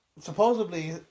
Supposedly